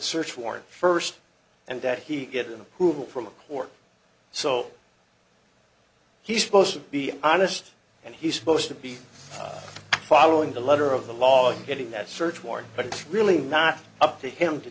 search warrant first and that he get approval from a court so he's supposed to be honest and he's supposed to be following the letter of the law and getting that search warrant but it's really not up to him to